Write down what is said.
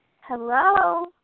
Hello